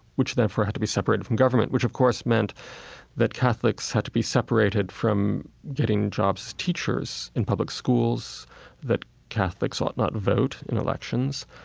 which therefore had to be separated from government, which of course meant that catholics had to be separated from getting jobs as teachers in public schools, that catholics ought not vote in elections,